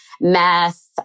meth